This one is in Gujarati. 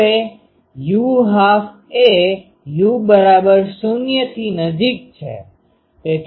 હવે u12 એ u૦થી નજીક છે